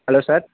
hello sir